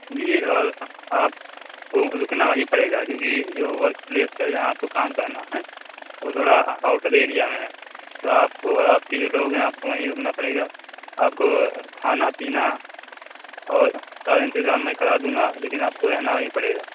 جی اور آپ کو رُکنا وہیں پڑے گا کیوں کہ جو ورک پلیس ہے جہاں آپ کو کام کرنا ہے وہ تھوڑ آؤٹر ایریا میں ہے تو آپ کو اور آپ کے جو لوگ ہیں آپ کو وہیں رکنا پڑے گا آپ کو کھانا پینا اور سارا انتظام میں کرا دوں گا لیکن آپ کو رہنا وہیں پڑے گا